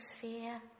fear